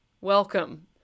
Welcome